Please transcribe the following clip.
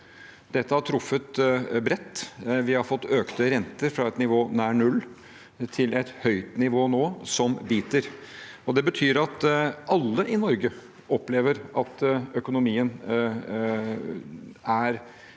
Dette har truffet bredt. Vi har fått økte renter, fra et nivå nær null til et høyt nivå nå som biter. Det betyr at alle i Norge opplever at økonomien er